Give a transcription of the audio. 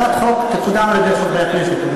הצעת החוק תקודם על-ידי חברי הכנסת.